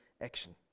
action